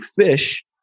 fish